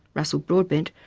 russell broadbent,